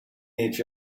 each